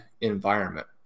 environment